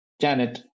Janet